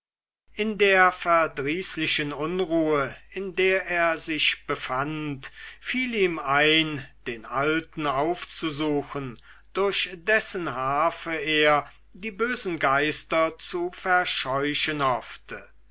in der verdrießlichen unruhe in der er sich befand fiel ihm ein den alten aufzusuchen durch dessen harfe er die bösen geister zu verscheuchen hoffte